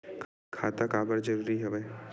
खाता का बर जरूरी हवे?